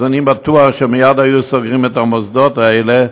אני בטוח שמייד היו סוגרים את המוסדות האלה,